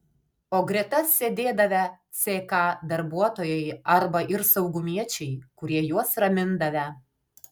o greta sėdėdavę ck darbuotojai arba ir saugumiečiai kurie juos ramindavę